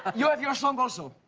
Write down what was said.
you have your song also.